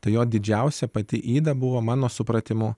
tai jo didžiausia pati yda buvo mano supratimu